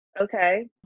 Okay